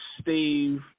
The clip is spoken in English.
Steve